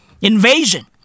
Invasion